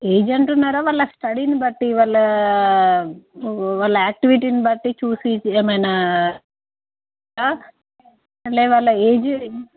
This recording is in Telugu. ఏజ్ అంటున్నారా వాళ్ళ స్టడీని బట్టి వాళ్ల యాక్టివిటీని బట్టి చూసి ఏమన్నా అంటే వాళ్ల ఏజ్